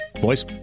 boys